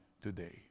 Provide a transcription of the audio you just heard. today